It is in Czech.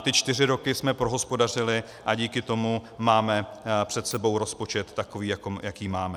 Ty čtyři roky jsme prohospodařili a díky tomu máme před sebou rozpočet takový, jaký máme.